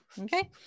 Okay